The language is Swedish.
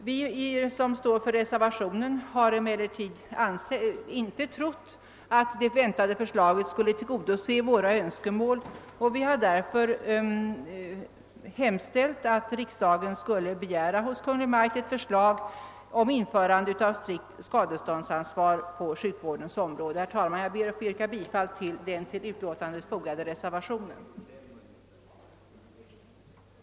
Vi som står för reservationen har emellertid inte trott att det väntade förslaget skulle tillgodose våra önskemål, och vi har därför hemställt att riksdagen måtte hos Kungl. Maj:t begära ett förslag om införande av strikt skadeståndsansvar på sjukvårdens område. Herr talman! Jag ber att få yrka bifall till den till utlåtandet fogade reservationen av herr Lidgard m.fl.